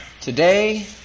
today